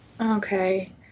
Okay